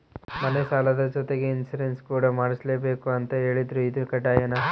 ಮನೆ ಸಾಲದ ಜೊತೆಗೆ ಇನ್ಸುರೆನ್ಸ್ ಕೂಡ ಮಾಡ್ಸಲೇಬೇಕು ಅಂತ ಹೇಳಿದ್ರು ಇದು ಕಡ್ಡಾಯನಾ?